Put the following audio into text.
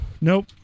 Nope